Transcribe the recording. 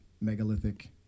megalithic